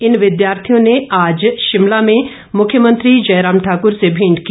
इन विद्यार्थियों ने आज शिमला में मुख्यमंत्री जयराम ठाकुर से भेंट की